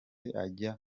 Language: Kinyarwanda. ajya